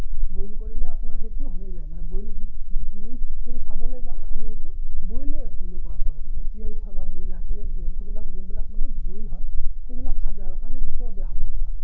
boil কৰিলে আপোনাৰ সেইটো হৈ যায় মানে বইলখিনি যদি চাবলৈ যাওঁ আমি এইটো বইলে বুলি কোৱা হয় মানে তিয়াই থোৱা বা বইল ৰাতিয়ে যোনবিলাক সেইবিলাক মানে বইল হয় সেইবিলাক খাদ্যৰ কাৰণে কেতিয়াও বেয়া হ'ব নোৱাৰে